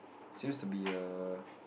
seems to be a